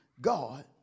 God